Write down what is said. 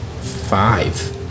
Five